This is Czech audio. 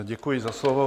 Děkuji za slovo.